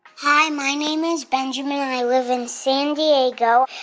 hi, my name is benjamin, and i live in san diego.